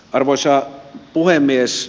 arvoisa puhemies